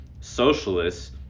socialists